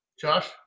Josh